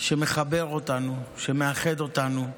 שמחבר אותנו, שמאחד אותנו.